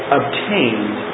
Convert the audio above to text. obtained